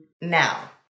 Now